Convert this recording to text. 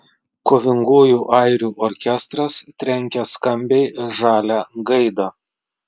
kovingųjų airių orkestras trenkia skambiai žalią gaidą